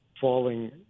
falling